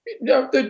no